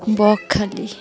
Bakkhali